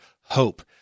hope